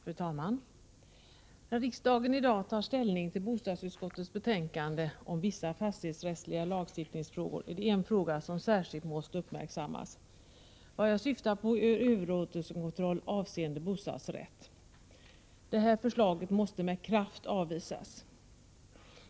Fru talman! När riksdagen i dag tar ställning till bostadsutskottets betänkande om vissa fastighetsrättsliga lagstiftningsfrågor är det bl.a. en fråga som särskilt måste uppmärksammas. Vad jag syftar på är överlåtelsekontroll avseende bostadsrätt. Detta förslag måste med kraft avvisas.